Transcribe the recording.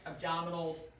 abdominals